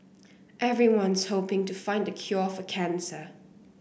everyone's hoping to find the cure for cancer